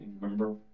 remember